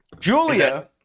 Julia